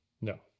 No